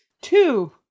Two